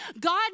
God